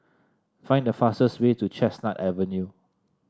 find the fastest way to Chestnut Avenue